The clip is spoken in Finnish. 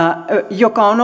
joka raha on